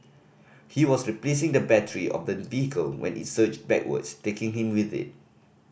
he was replacing the battery of the vehicle when it surged backwards taking him with it